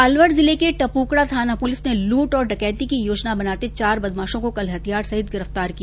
अलवर जिले के टपूकड़ा थाना पुलिस ने लूट और डकैती की योजना बनाते चार बदमाशों को कल हथियारों सहित गिरफ्तार किया